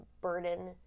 burden